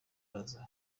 brazza